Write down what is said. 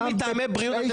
לא מטעמי בריאות,